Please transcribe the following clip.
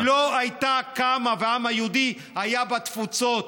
היא לא הייתה קמה, והעם היהודי היה בתפוצות.